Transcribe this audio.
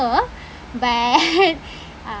but uh